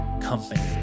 company